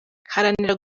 haranira